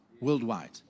worldwide